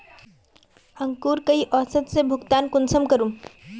अंकूर कई औसत से भुगतान कुंसम करूम?